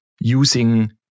using